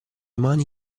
mani